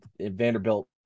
Vanderbilt